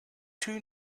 two